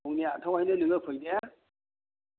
फुंनि आतथायावहायनो नोङो फै दे